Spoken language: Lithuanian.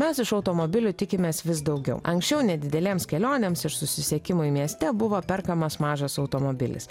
mes iš automobilių tikimės vis daugiau anksčiau nedidelėms kelionėms ir susisiekimui mieste buvo perkamas mažas automobilis